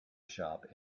shop